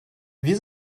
wir